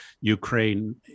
Ukraine